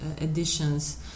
additions